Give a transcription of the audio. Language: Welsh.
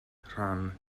rhan